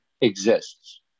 exists